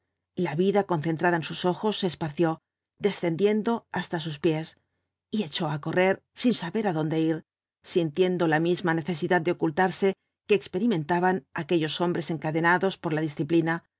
la vida concentrada en sus ojos se esparció descendiendo hasta sus pies y echó á correr sin saber adonde ir sintiendo la misma necesidad de ocultarse que experimentaban aquellos hombres encadenados por la disciplina